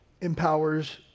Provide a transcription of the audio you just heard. empowers